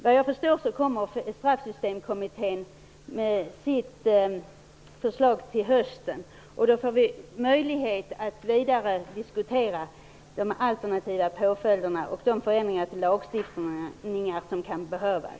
Vad jag förstår kommer Straffsystemkommittén med sitt förslag till hösten. Då får vi möjlighet att vidare diskutera de alternativa påföljderna och de förändringar i lagstiftningen som kan behövas.